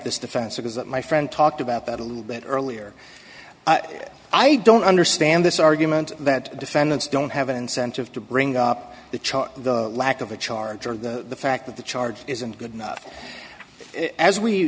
this defense because my friend talked about that a little bit earlier i don't understand this argument that defendants don't have an incentive to bring up the charge the lack of a charge or the fact that the charge isn't good enough as we